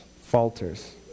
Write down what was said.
falters